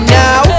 now